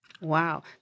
Wow